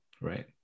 right